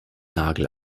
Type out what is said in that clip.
nagel